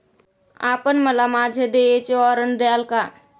आपण मला माझे देयचे वॉरंट द्याल का?